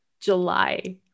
July